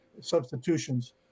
substitutions